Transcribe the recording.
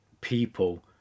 people